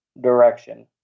direction